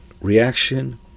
reaction